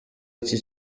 iki